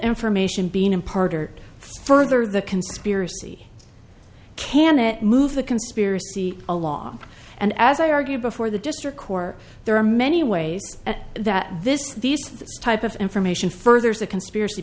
information being in part or further the conspiracy can it move the conspiracy along and as i argued before the district court there are many ways that this these type of information furthers the conspiracy